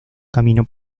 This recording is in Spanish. camino